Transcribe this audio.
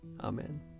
Amen